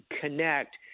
connect